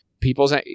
people's